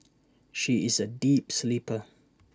she is A deep sleeper